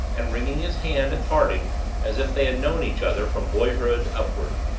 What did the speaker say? and wringing his hand at parting as if they had known each other from boyhood upward.